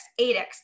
8x